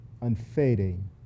unfading